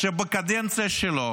שבקדנציה שלו